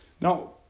Now